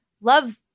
love